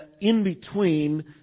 in-between